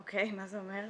אוקיי, מה זה אומר?